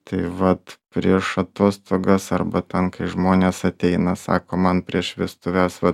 tai vat prieš atostogas arba ten kai žmonės ateina sako man prieš vestuves va